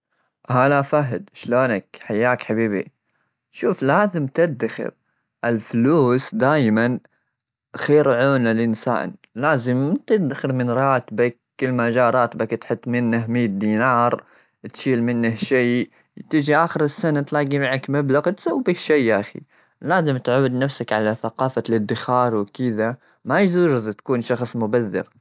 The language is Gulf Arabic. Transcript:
هلا فهد، شلونك؟ حياك حبيبي. شوف، لازم تدخر الفلوس، دايمًا خير عون للإنسان. لازم تدخر من راتبك، كل ما جا راتبك تحط منه مية دينار، تشيل منه شيء. بتيجي آخر السنة تلاقي معك مبلغ تسوي به شيء، يا خي. لازم تعود نفسك على ثقافة الادخار، وكذا ما يصير تكون شخص مبذر.